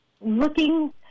looking